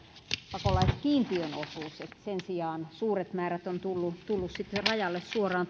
pakolaiskiintiön osuus sen sijaan suuret määrät on tullut sitten rajalle suoraan